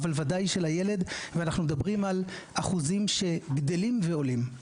אבל וודאי של הילד ואנחנו מדברים על אחוזים שגדלים ועולים.